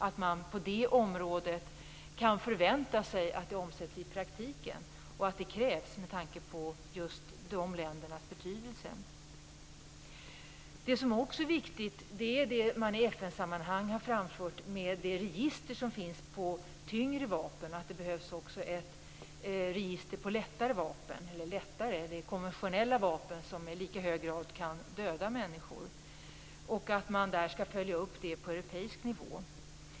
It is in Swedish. Vi kan på det området förvänta oss att den etiska koden omsätts i praktiken. Det krävs med tanke på dessa länders betydelse. En annan viktig sak är registret över tyngre vapen. Man har i FN-sammanhang framfört att det också behövs ett register över lättare vapen. Det är konventionella vapen som i lika hög grad kan döda människor. Vi skall följa upp det på europeisk nivå.